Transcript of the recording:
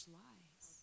lies